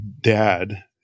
dad